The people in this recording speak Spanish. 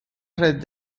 red